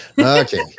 Okay